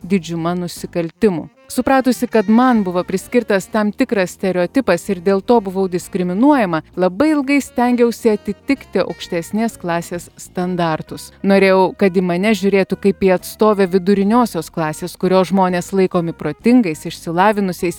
didžiuma nusikaltimų supratusi kad man buvo priskirtas tam tikras stereotipas ir dėl to buvau diskriminuojama labai ilgai stengiausi atitikti aukštesnės klasės standartus norėjau kad į mane žiūrėtų kaip į atstovę viduriniosios klasės kurios žmonės laikomi protingais išsilavinusiais